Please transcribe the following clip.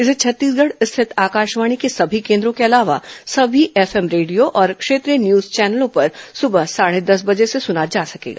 इसे छत्तीसगढ स्थित आकाशवाणी के सभी केन्द्रों के अलावा सभी एफएम रेडियो और क्षेत्रीय न्यूज चैनलों पर सुबह साढ़े दस बजे से सुना जा सकेगा